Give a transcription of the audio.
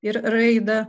ir raidą